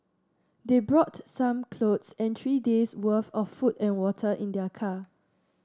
they brought some clothes and three days' worth of food and water in their car